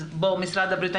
אז משרד הבריאות,